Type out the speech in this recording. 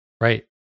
Right